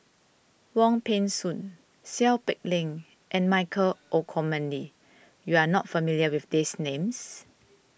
Wong Peng Soon Seow Peck Leng and Michael Olcomendy you are not familiar with these names